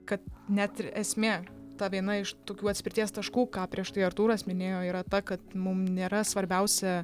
kad net ir esmė ta viena iš tokių atspirties taškų ką prieš tai artūras minėjo yra ta kad mum nėra svarbiausia